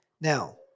Now